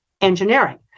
engineering